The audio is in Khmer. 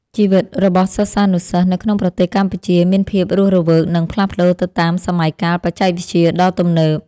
ជីវិតរបស់សិស្សានុសិស្សនៅក្នុងប្រទេសកម្ពុជាមានភាពរស់រវើកនិងផ្លាស់ប្តូរទៅតាមសម័យកាលបច្ចេកវិទ្យាដ៏ទំនើប។